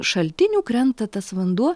šaltinių krenta tas vanduo